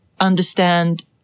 understand